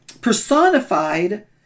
personified